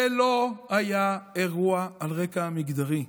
זה לא היה אירוע על רקע מגדרי,